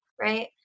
Right